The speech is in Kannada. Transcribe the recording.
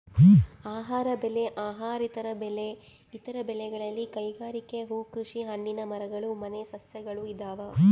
ಆಹಾರ ಬೆಳೆ ಅಹಾರೇತರ ಬೆಳೆ ಇತರ ಬೆಳೆಗಳಲ್ಲಿ ಕೈಗಾರಿಕೆ ಹೂಕೃಷಿ ಹಣ್ಣಿನ ಮರಗಳು ಮನೆ ಸಸ್ಯಗಳು ಇದಾವ